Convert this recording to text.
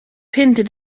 hinted